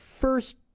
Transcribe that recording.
first